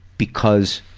because